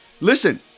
listen